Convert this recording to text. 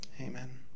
Amen